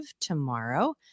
tomorrow